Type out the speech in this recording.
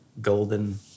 golden